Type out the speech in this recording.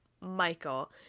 Michael